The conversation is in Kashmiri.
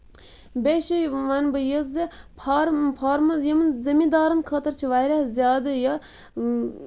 بیٚیہِ چھُ وَنہٕ بہٕ یہِ زِ فارٕم فارمٕز یِم زمیٖن دارن خٲطرٕ چھُ واریاہ زیادٕ یہِ اۭں